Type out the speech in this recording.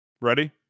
Ready